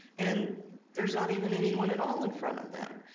and there's not even anyone at all in front of them.